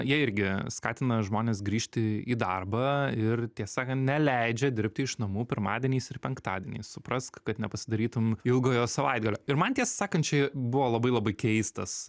jie irgi skatina žmones grįžti į darbą ir tiesą sakant neleidžia dirbti iš namų pirmadieniais ir penktadieniais suprask kad ne pasidarytum ilgojo savaitgalio ir man tiesą sakant čia buvo labai labai keistas